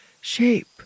shape